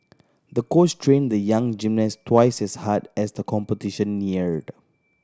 the coach trained the young gymnast twice as hard as the competition neared